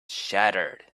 shattered